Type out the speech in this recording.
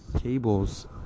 cables